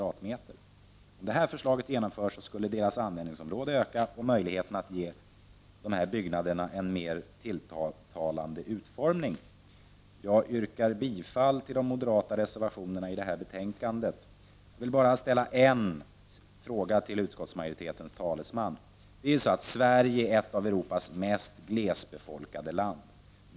Om detta förslag genomförs skulle deras användningsområde öka och möjligheterna att ge dessa byggnader en mer tilltalande utformning. Jag yrkar bifall till de moderata reservationerna i detta betänkande. Jag vill bara ställa en fråga till utskottsmajoritetens talesman. Sverige är ett av Europas mest glesbefolkade länder.